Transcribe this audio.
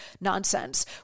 Nonsense